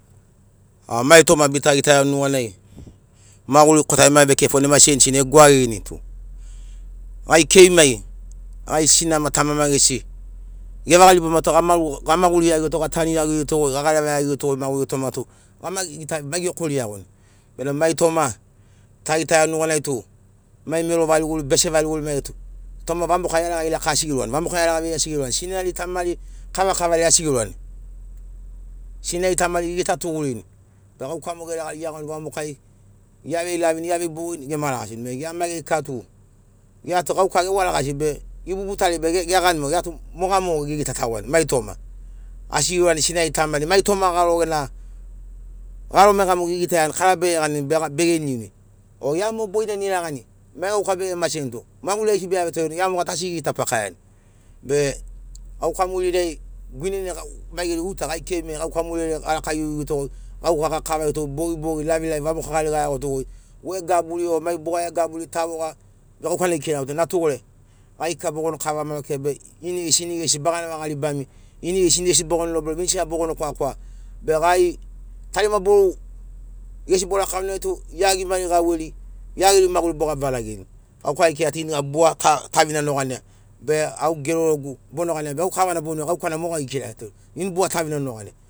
A mai toma bita gitaiani nuganai maguri kota gema vekefoni ema sensini tu gai kei mai gai sinama tamama gesi gevaga riba matu gamaguri iagirito gatanu iagirito gagareva iagirito goi toma tu gama gita mai gekori iagoni bena mai toma tagitaiani nuganai tu mai mero variguri mai bese variguri mai geri tu toma vamoka iaraga asi giurani sinari tamari kavakava asi giurani sinari tamari gigita tugurini be gauka mo geregari geiagoni vamokai geavei lavini geavei bogini gema lagasini bena gia mai geri kika tu gia tu gauka gewa ragasi be gebubutari be gegani mogo gia tu moga mogo gigitatagoani asi giurani sinari tamari mai toma garo gena garo maiga mogo gigitaiani kara bege ganini bege niuni o aim o bonaini iragani mai gauka bege maseni tu maguri gaigesi beavetoreni gia moga tu asi gigita fakaiani be gauka murirai guinanai mai geri gugitaiani gai kei mai gauka muririai garaka giugiutogoi gauka gakavaritogoi bogibogi lavilavi vamokagari gaiagotogoi wai gaburi o mai bugage gaburi tavoga be gaukana gikragiato be natugore gai kika bogono kavama kika be inigesi inigesi bagana ribami ingesi inigesi bogono vei be mai gesina bogono kwakwa be gai tarima boru gesi borakau nai tu gia gimari gauveiri gia geri maguri bogabi vanagirini gauka gikirato iniga bua tvina nogania be au gerorogu bon gania be au kavana bon vei gaukana moga gikiragiato goi ini bua tavina nogania